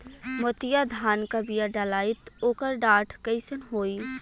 मोतिया धान क बिया डलाईत ओकर डाठ कइसन होइ?